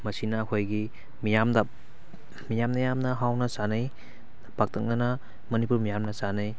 ꯃꯁꯤꯅ ꯑꯩꯈꯣꯏꯒꯤ ꯃꯤꯌꯥꯝꯗ ꯃꯤꯌꯥꯝꯅ ꯌꯥꯝꯅ ꯍꯥꯎꯅ ꯆꯥꯅꯩ ꯄꯥꯛꯇꯛꯅꯅ ꯃꯅꯤꯄꯨꯔ ꯃꯤꯌꯥꯝꯅ ꯆꯥꯟꯅꯩ